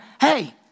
hey